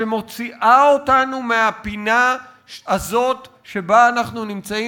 שמוציאה אותנו מהפינה הזאת שבה אנחנו נמצאים